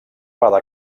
vegada